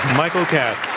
michael katz.